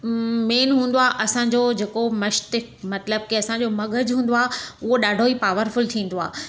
main हूंदो आहे असांजो जेको मस्तिष्क मतिलबु की असांजो मग़ज़ु हूंदो आहे उहो ॾाढो ई पावरफुल थींदो आहे